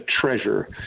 treasure